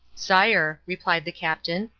sire, replied the captain,